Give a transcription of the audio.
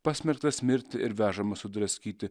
pasmerktas mirti ir vežamas sudraskyti